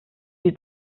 die